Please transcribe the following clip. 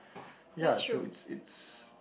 ya so it's it's